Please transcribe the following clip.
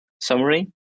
summary